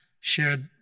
shared